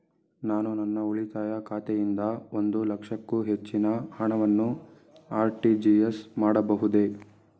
ನಾನು ನನ್ನ ಉಳಿತಾಯ ಖಾತೆಯಿಂದ ಒಂದು ಲಕ್ಷಕ್ಕೂ ಹೆಚ್ಚಿನ ಹಣವನ್ನು ಆರ್.ಟಿ.ಜಿ.ಎಸ್ ಮಾಡಬಹುದೇ?